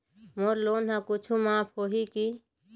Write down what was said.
मोर loan हा कुछू माफ होही की?